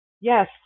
yes